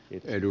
edu